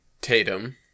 tatum